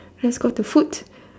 let's go to food